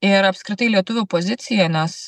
ir apskritai lietuvių pozicija nes